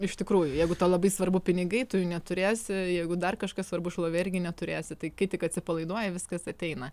iš tikrųjų jeigu tau labai svarbu pinigai tu jų neturėsi jeigu dar kažkas svarbu šlovė irgi neturėsi tai kai tik atsipalaiduoji viskas ateina